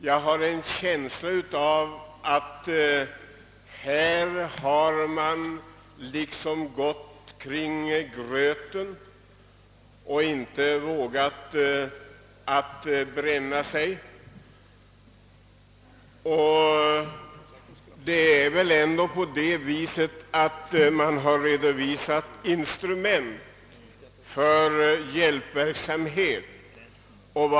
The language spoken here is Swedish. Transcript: Jag har en känsla av att man i debatten liksom har gått kring gröten och inte vågat ta risken av att bränna sig. Man har redovisat olika instrument för hjälpverksamhet.